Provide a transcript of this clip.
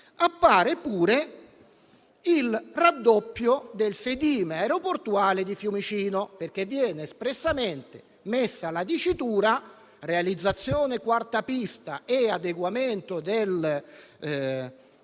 appare anche il raddoppio del sedime aeroportuale di Fiumicino, perché viene espressamente inserita la dicitura «realizzazione quarta pista e adeguamento dell'area